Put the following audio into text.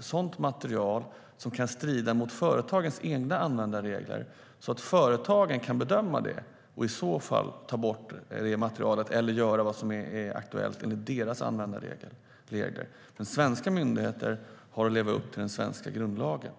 sådant material som kan strida mot företagens egna användarregler, så att företagen kan bedöma det och i så fall själva ta bort materialet eller göra vad som är aktuellt enligt deras användarregler. Men svenska myndigheter har att leva upp till den svenska grundlagen.